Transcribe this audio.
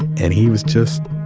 and he was just